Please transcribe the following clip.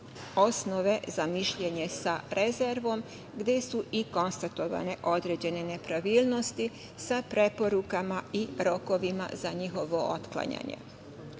osnove za mišljenje sa rezervom gde su i konstatovane određene nepravilnosti, sa preporukama i rokovima za njihovo otklanjanje.